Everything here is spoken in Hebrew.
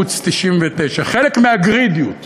יש ערוץ 99, חלק מהגרידיות הבלתי-נדלית,